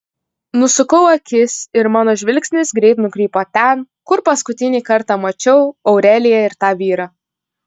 nusukau akis ir mano žvilgsnis greit nukrypo ten kur paskutinį kartą mačiau aureliją ir tą vyrą